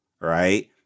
right